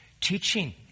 teaching